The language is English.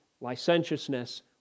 licentiousness